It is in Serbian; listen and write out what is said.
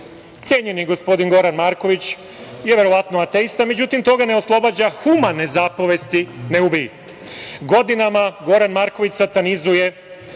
cenjeni gospodin Goran Marković je verovatno ateista. Međutim, to ga ne oslobađa humane zapovesti – ne ubij. Godinama Goran Marković satanizuje